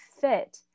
fit